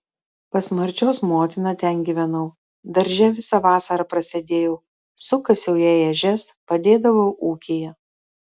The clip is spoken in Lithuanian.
pas marčios motiną ten gyvenau darže visą vasarą prasėdėjau sukasiau jai ežias padėdavau ūkyje